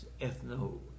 ethno